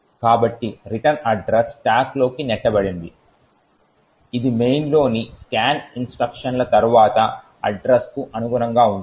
కాబట్టి return address స్టాక్లోకి నెట్టబడింది ఇది మెయిన్లోని స్కాన్ ఇన్స్ట్రక్షన్ల తర్వాత అడ్రస్ కు అనుగుణంగా ఉంటుంది